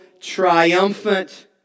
triumphant